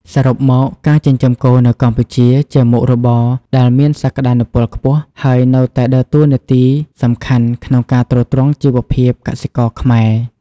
សរុបមក ការចិញ្ចឹមគោនៅកម្ពុជាជាមុខរបរដែលមានសក្តានុពលខ្ពស់ ហើយនៅតែដើរតួនាទីសំខាន់ក្នុងការទ្រទ្រង់ជីវភាពកសិករខ្មែរ។